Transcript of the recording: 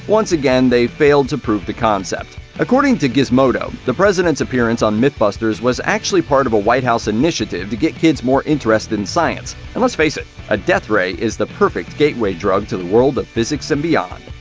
once again, they failed to prove the concept. according to gizmodo, the president's appearance on mythbusters was actually part of a white house initiative to get kids more interested in science, and let's face it a death ray is the perfect gateway drug to the world of physics and beyond.